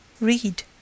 Read